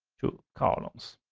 two columns.